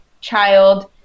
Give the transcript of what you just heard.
child